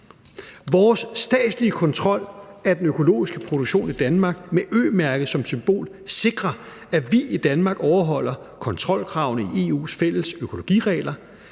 Vores statslige kontrol af den økologiske produktion i Danmark med Ø-mærket som symbol sikrer, at vi i Danmark overholder kontrolkravene i EU's fælles økologiregler.